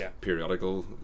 periodical